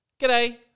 G'day